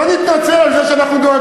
לא נתנצל, לא נתנצל על זה שאנחנו דואגים.